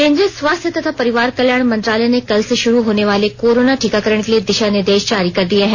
केंद्रीय स्वास्थ्य तथा परिवार कल्याण मंत्रालय ने कल से शुरू होनेवाले कोरोना टीकाकरण के लिए दिशा निर्देश जारी कर दिए हैं